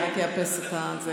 אני רק אאפס את זה.